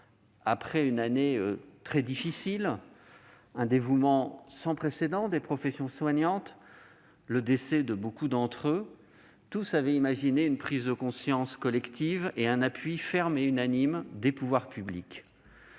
Après une année très difficile, un dévouement sans précédent de ces personnels, le décès de beaucoup d'entre eux, tous avaient imaginé une prise de conscience collective et un appui ferme et unanime des pouvoirs publics.